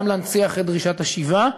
גם להנציח את דרישת השיבה,